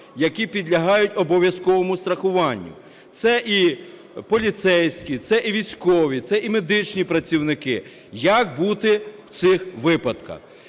які підлягають обов'язковому страхуванню, це і поліцейські, це і військові, це і медичні працівники. Як бути в цих випадках?